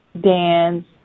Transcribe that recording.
dance